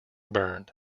burned